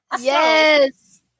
Yes